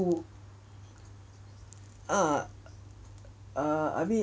we are are we